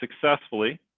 successfully